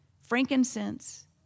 frankincense